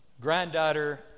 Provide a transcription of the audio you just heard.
granddaughter